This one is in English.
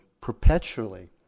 perpetually